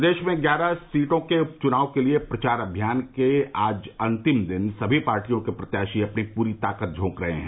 प्रदेश में ग्यारह सीटों के उपचुनाव के लिए प्रचार अभियान के आज अंतिम सभी पार्टियों के प्रत्याशी अपनी पूरी ताकत झोक रहे हैं